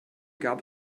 gab